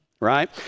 right